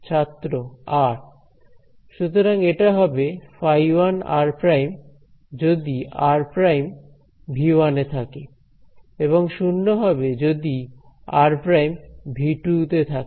ছাত্র r সুতরাং এটা হবে φ1 r ′ যদি r′ ∈ V 1 হয় এবং শূন্য হবে যদি r′ ∈ V 2 হয়